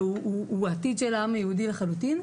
והוא העתיד של העם היהודי לחלוטין.